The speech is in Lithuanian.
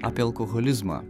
apie alkoholizmą